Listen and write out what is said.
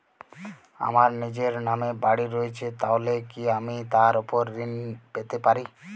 আমার নিজের নামে বাড়ী রয়েছে তাহলে কি আমি তার ওপর ঋণ পেতে পারি?